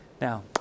Now